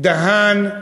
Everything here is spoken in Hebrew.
דהאן,